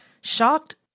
shocked